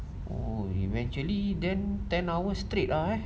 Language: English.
oh eventually then ten hours straight ah eh